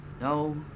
No